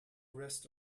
rest